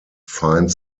fine